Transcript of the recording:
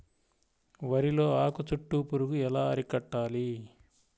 వరిలో ఆకు చుట్టూ పురుగు ఎలా అరికట్టాలి?